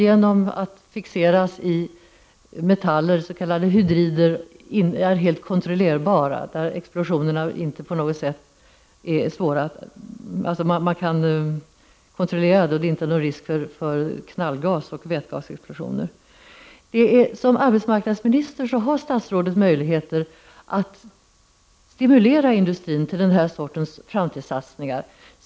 Energin är helt kontrollerbar genom en fixering i metaller, s.k. hydrider. Det är inte någon risk för knallgas eller vätgasexplosioner. Som arbetsmarknadsminister har statsrådet möjligheter att stimulera industrin till denna sorts framtidssatsningar.